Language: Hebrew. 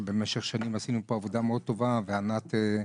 שבאמת במשך שנים רבות עשינו פה עבודה מאוד טובה בהנהלת ענת.